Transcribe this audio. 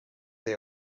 they